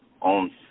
on